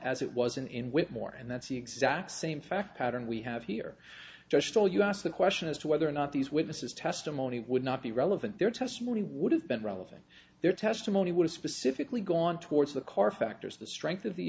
as it wasn't in whitmore and that's the exact same fact pattern we have here just told us the question is whether or not these witnesses testimony would not be relevant their testimony would have been relevant their testimony was specifically gone towards the car factors the strength of the